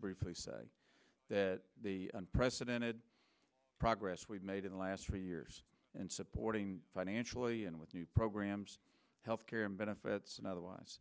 briefly say that the unprecedented progress we've made in the last three years and supporting financially and with new programs health care and benefits and otherwise